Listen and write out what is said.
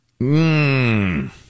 Mmm